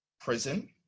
prison